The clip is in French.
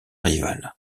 rival